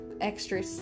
extra